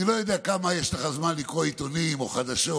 אני לא יודע כמה זמן יש לך לקרוא עיתונים או חדשות,